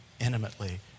intimately